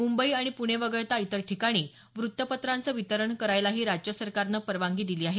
मुंबई आणि पुणे वगळता इतर ठिकाणी वृत्तपत्रांचे वितरण करायलाही राज्य सरकारनं परवानगी दिली आहे